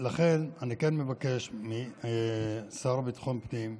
לכן אני כן מבקש מהשר לביטחון הפנים,